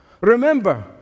Remember